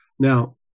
Now